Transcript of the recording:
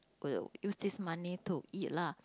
will use this money to eat lah